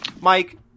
Mike